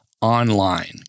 online